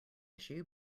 issue